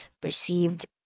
perceived